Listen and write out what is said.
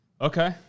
Okay